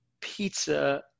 pizza